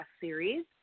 series